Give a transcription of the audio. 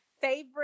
favorite